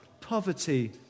poverty